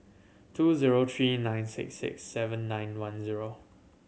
two zero three nine six six seven nine one zero